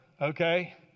okay